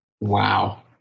Wow